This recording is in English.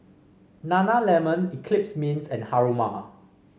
Nana lemon Eclipse Mints and Haruma